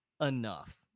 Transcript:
enough